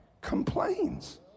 complains